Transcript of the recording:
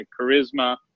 charisma